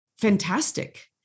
fantastic